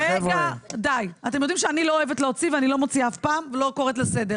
נו, בדיוק, הינה הוכחה למה לא צריך.